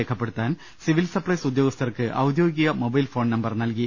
രേഖപ്പെടുത്താൻ സിവിൽസപ്പൈസ് ഉദ്യോഗസ്ഥർക്ക് ഔദ്യോഗിക മൊബൈൽ ഫോൺ നമ്പർ നൽകി